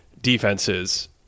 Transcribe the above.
defenses